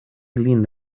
lin